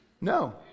No